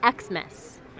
Xmas